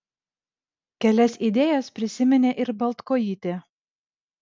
kelias idėjas prisiminė ir baltkojytė